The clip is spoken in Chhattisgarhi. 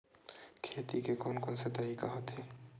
खेती के कोन कोन से तरीका होथे?